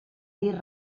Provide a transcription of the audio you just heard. dir